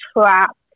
trapped